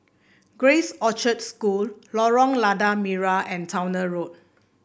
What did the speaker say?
Grace Orchard School Lorong Lada Merah and Towner Road